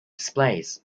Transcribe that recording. displays